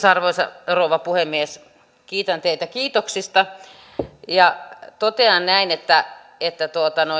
arvoisa rouva puhemies kiitän teitä kiitoksista ja totean että että